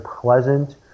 pleasant